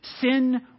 Sin